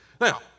Now